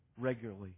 regularly